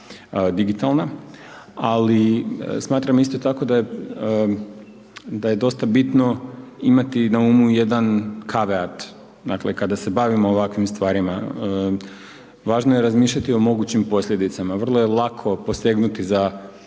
ali smatram isto tako da je dosta bitno imati na umu jedan kaveart, dakle kada se bavimo ovakvim stvarima važno je razmišljati o mogućim posljedicama, vrlo je lako posegnuti za